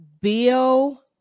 Bill